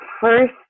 first